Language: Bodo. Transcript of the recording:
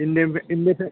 इन्देपे इन्देपेन